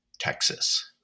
Texas